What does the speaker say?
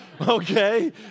okay